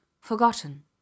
forgotten